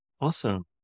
Awesome